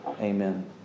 Amen